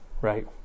Right